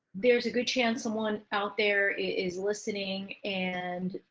there's a good chance someone out there is listening, and